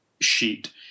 sheet